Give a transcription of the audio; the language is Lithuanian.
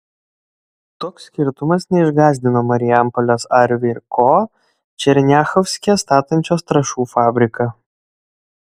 toks skirtumas neišgąsdino marijampolės arvi ir ko černiachovske statančios trąšų fabriką